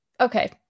Okay